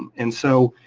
and so,